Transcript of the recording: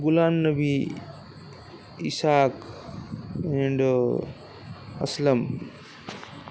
Ghulam Nabi Ishaq and uh Aslam